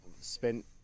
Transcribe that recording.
spent